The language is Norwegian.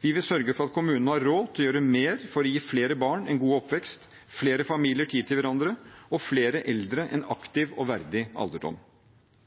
Vi vil sørge for at kommunene har råd til å gjøre mer for å gi flere barn en god oppvekst, flere familier tid til hverandre og flere eldre en aktiv og verdig alderdom.